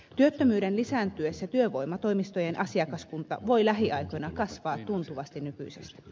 työttömyyden lisääntyessä työvoimatoimistojen asiakaskunta voi lähiaikoina kasvaa tuntuvasti nykyisestä